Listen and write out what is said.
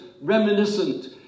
reminiscent